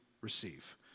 receive